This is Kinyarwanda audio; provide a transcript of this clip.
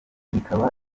bikaba